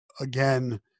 again